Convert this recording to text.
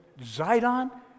Zidon